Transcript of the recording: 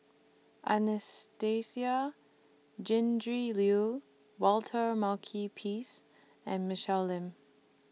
Anastasia Tjendri Liew Walter Makepeace and Michelle Lim